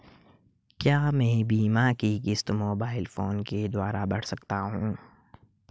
क्या मैं बीमा की किश्त मोबाइल फोन के द्वारा भर सकता हूं?